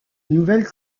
nouvelles